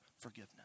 forgiveness